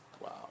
wow